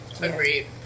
Agreed